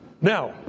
Now